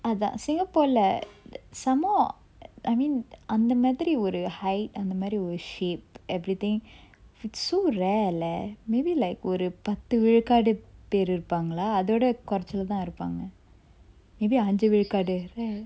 அதான்:athan singapore lah some more I mean அந்த மாதிரி ஒரு:antha madiri oru height அந்த மாதிரி ஒரு:antha madiri oru shape everything fits so rare leh maybe like ஒரு பத்து விழுக்காடு பேரு இருப்பாங்கலா அதோட கொறச்சலா தான் இருப்பாங்க:oru pathu vilukkadu peru irupangala athoda korachala than irupanga maybe அஞ்சு விழுக்காடு:anju vilukkadu right